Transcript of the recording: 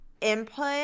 input